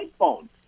iphone